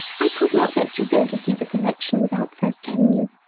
i could not let you go to see the collection without first telling you.